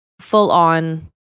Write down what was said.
full-on